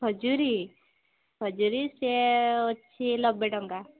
ଖଜୁରୀ ଖଜୁରୀ ସେ ଅଛି ନବେ ଟଙ୍କା